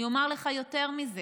אני אומר לך יותר מזה